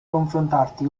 confrontarti